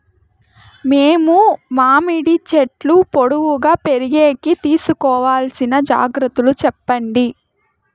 మేము మామిడి చెట్లు పొడువుగా పెరిగేకి తీసుకోవాల్సిన జాగ్రత్త లు చెప్పండి?